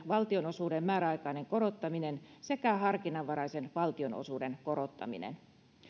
valtionosuuden määräaikainen korottaminen sekä harkinnanvaraisen valtionosuuden korottaminen